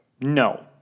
No